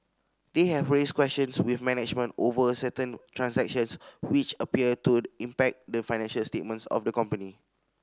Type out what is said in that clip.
they have raised questions with management over certain transactions which appear to impact the financial statements of the company